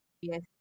Yes